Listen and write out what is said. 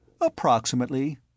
Approximately